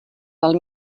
del